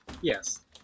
Yes